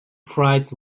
flights